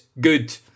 good